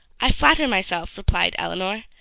i flatter myself, replied elinor,